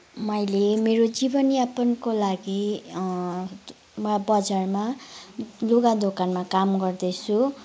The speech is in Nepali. मैले मेरो जीवनयापनको लागि म बजारमा लुगा दोकानमा काम गर्दैछु